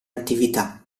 attività